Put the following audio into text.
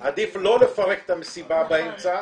עדיף לא לפרק את המסיבה באמצע,